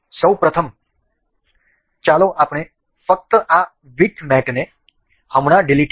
સૌ પ્રથમ ચાલો આપણે ફક્ત આ વિડથ મેટને હમણાં ડીલીટ કરીએ